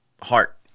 heart